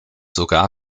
sogar